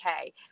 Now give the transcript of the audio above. okay